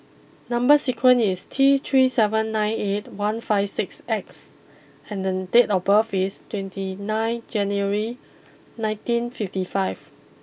number sequence is T three seven nine eight one five six X and then date of birth is twenty nine January nineteen fifty five